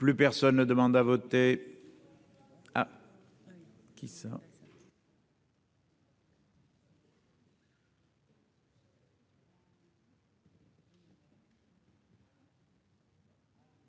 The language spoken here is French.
plus personne ne demande à voter.